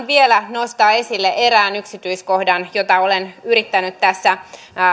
vielä nostaa esille erään yksityiskohdan jota olen yrittänyt tässä